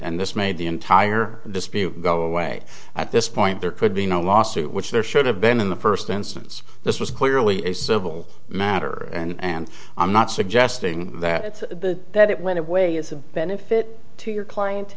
and this made the entire dispute go away at this point there could be no lawsuit which there should have been in the first instance this was clearly a civil matter and i'm not suggesting that it's bit that it went away is a benefit to your client